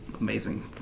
amazing